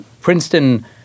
Princeton